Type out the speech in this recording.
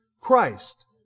Christ